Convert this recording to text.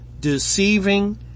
deceiving